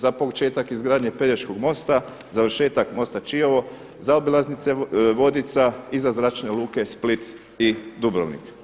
Za početak izgradnje Pelješkog mosta, završetak mosta Čiovo, zaobilaznice Vodica iza zračne ruke Split i Dubrovnik.